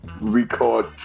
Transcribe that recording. record